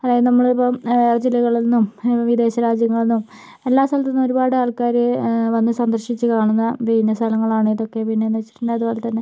അതായത് നമ്മൾ ഇപ്പോൾ അയൽ ജില്ലകളിൽ നിന്നും വിദേശ രാജ്യങ്ങളിൽ നിന്നും എല്ലാ സ്ഥലത്തു നിന്നും ഒരുപാട് ആൾക്കാര് വന്നു സന്ദർശിച്ച് കാണുന്ന പിന്നെ സ്ഥലങ്ങളാണ് ഇതൊക്കെ പിന്നെ എന്ന് വെച്ചിട്ടുണ്ടെങ്കിൽ അതുപോലെത്തന്നെ